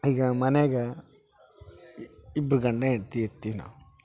ಈಗ ಮನೆಗ ಇಬ್ರು ಗಂಡ ಹೆಂಡ್ತಿ ಇರ್ತೀವಿ ನಾವು